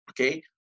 Okay